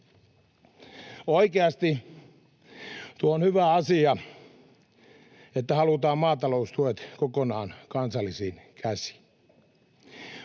Oikeasti tuo on hyvä asia, että halutaan maataloustuet kokonaan kansallisiin käsiin,